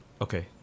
okay